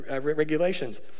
regulations